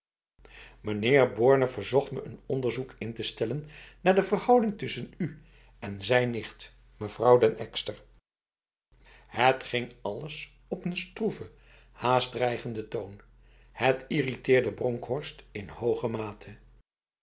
meneer borne verzocht me een onderzoek in te stellen naar de verhouding tussen u en zijn nicht mevrouw den eksterf het ging alles op een stroeve haast dreigende toon het irriteerde bronkhorst in hoge mate